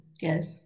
Yes